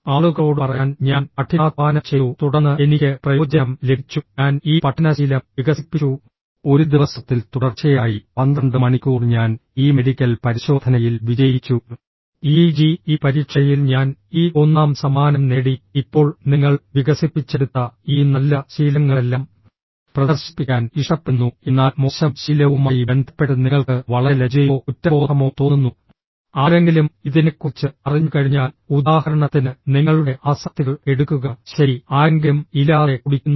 ആളുകളോട് പറയാൻ ഞാൻ കഠിനാധ്വാനം ചെയ്തു തുടർന്ന് എനിക്ക് പ്രയോജനം ലഭിച്ചു ഞാൻ ഈ പഠന ശീലം വികസിപ്പിച്ചു ഒരു ദിവസത്തിൽ തുടർച്ചയായി പന്ത്രണ്ട് മണിക്കൂർ ഞാൻ ഈ മെഡിക്കൽ പരിശോധനയിൽ വിജയിച്ചു ഈ ജി ഇ പരീക്ഷയിൽ ഞാൻ ഈ ഒന്നാം സമ്മാനം നേടി ഇപ്പോൾ നിങ്ങൾ വികസിപ്പിച്ചെടുത്ത ഈ നല്ല ശീലങ്ങളെല്ലാം പ്രദർശിപ്പിക്കാൻ ഇഷ്ടപ്പെടുന്നു എന്നാൽ മോശം ശീലവുമായി ബന്ധപ്പെട്ട് നിങ്ങൾക്ക് വളരെ ലജ്ജയോ കുറ്റബോധമോ തോന്നുന്നു ആരെങ്കിലും ഇതിനെക്കുറിച്ച് അറിഞ്ഞുകഴിഞ്ഞാൽ ഉദാഹരണത്തിന് നിങ്ങളുടെ ആസക്തികൾ എടുക്കുക ശരി ആരെങ്കിലും ഇല്ലാതെ കുടിക്കുന്നു